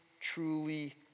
truly